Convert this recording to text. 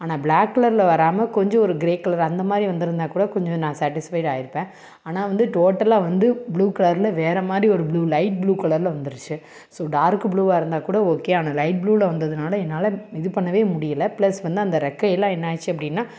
ஆனால் பிளாக் கலரில் வராமல் கொஞ்சம் ஒரு க்ரே கலர் அந்த மாதிரி வந்துருந்தா கூட கொஞ்சம் நான் சாட்டிஸ்ஃபைட் ஆயிருப்பேன் ஆனால் வந்து டோட்டலாக வந்து புளூ கலரில் வேறு மாதிரி ஒரு புளூவில லைட் புளூ கலரில் வந்துருச்சு ஸோ டார்க் புளூவாக இருந்தால் கூட ஓகே ஆனால் லைட் புளூவில வந்ததுனால என்னால் இது பண்ணவே முடியலை பிளஸ் வந்து அந்த றெக்கையாலாம் என்ன ஆச்சு அப்படினா